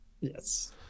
Yes